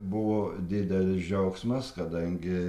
buvo didelis džiaugsmas kadangi